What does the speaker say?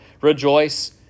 rejoice